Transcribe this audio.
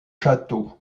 châteaux